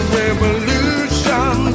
revolution